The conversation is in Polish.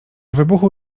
wybuchu